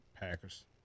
Packers